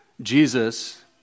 Jesus